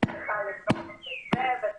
אני חייבת להגיד כאשר דיברתי איתם